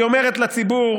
היא אומרת לציבור